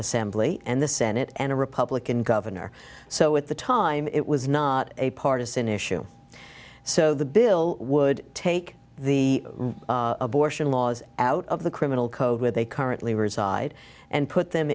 assembly and the senate and a republican governor so at the time it was not a partisan issue so the bill would take the abortion laws out of the criminal code where they currently reside and put them